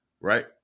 right